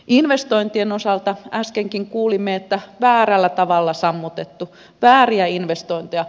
investointien osalta äskenkin kuulimme että väärällä tavalla sammutettu vääriä investointeja